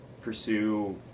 pursue